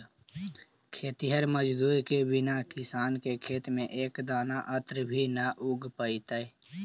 खेतिहर मजदूर के बिना बड़ा किसान के खेत में एक दाना अन्न भी न उग पइतइ